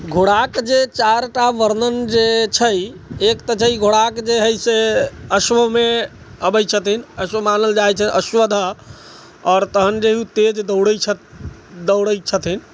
घोड़ाक जे चारि टा वर्णन जे छै एक तऽ छै घोड़ाक जे हय से अश्व मे अबै छथिन अश्व मानल जाइ छै अश्व्धः आओर तहन जे ओ तेज दौड़ै छथिन